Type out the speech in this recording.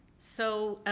so,